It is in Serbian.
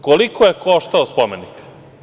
Koliko je koštao spomenik?